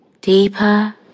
deeper